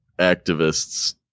activists